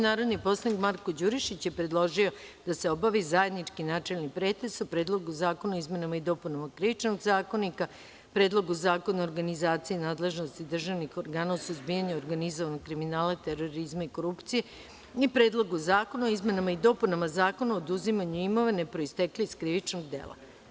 Narodni poslanik Marko Đurišić je predložio da se obavi zajednički načelni pretres o Predlogu zakona o izmenama i dopunama Krivičnog zakonika, Predlogu zakona o organizaciji nadležnosti državnih organa u suzbijanju organizovanog kriminala, terorizma i korupcije i Predlogu zakona o izmenama i dopunama Zakona o oduzimanju imovine proistekle iz krivičnog dela.